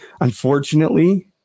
Unfortunately